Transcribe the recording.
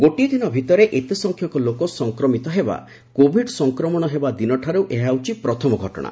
ଗୋଟିଏ ଦିନ ଭିତରେ ଏତେ ସଂଖ୍ୟକ ଲୋକ ସଂକ୍ରମିତ ହେବା କୋଭିଡ୍ ସଫକ୍ମଣ ହେବା ଦିନଠାର୍ ଏହା ହେଉଛି ପ୍ରଥମ ଘଟଣା